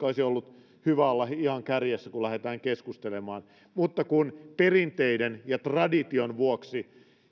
olisi ollut hyvä olla ihan kärjessä kun lähdetään keskustelemaan mutta kun perinteiden ja tradition vuoksi